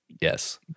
Yes